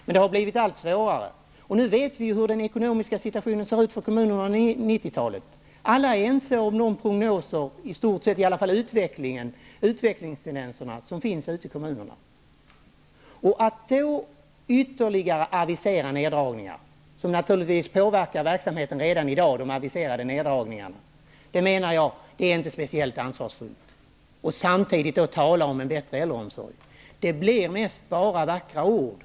Men sedan har det blivit svårare och svårare. Nu vet vi hur kommunernas ekonomiska situation ser ut under 90-talet. Alla är ense om prognoserna, i varje fall i stort sett när det gäller utvecklingstendenserna ute i kommunerna. Att i det läget avisera ytterligare neddragningar -- redan i dag påverkas ju verksamheten -- är inte speciellt ansvarsfullt. Och samtidigt talar man om en bättre äldreomsorg. För det mesta blir det bara vackra ord.